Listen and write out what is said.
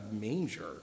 manger